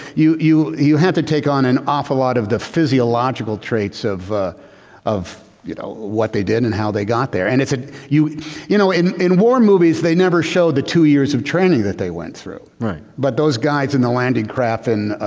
you you have to take on an awful lot of the physiological traits of of you know what they did and how they got there. and if ah you you know in in war movies, they never show the two years of training that they went through, but those guys in the landing craft and